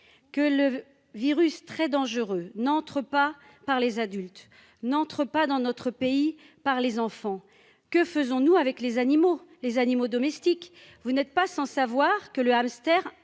que le virus très dangereux n'entre pas par les adultes n'entre pas dans notre pays par les enfants, que faisons-nous avec les animaux, les animaux domestiques, vous n'êtes pas sans savoir que le hamster